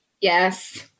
Yes